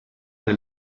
del